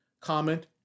comment